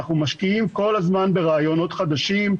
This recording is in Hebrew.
אנחנו משקיעים כל הזמן ברעיונות חדשים,